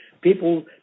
People